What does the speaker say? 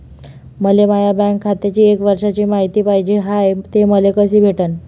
मले माया बँक खात्याची एक वर्षाची मायती पाहिजे हाय, ते मले कसी भेटनं?